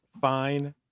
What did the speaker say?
fine